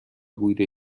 بوده